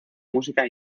música